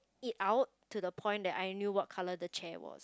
it out to the point that I knew what colour the chair was